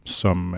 som